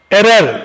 Error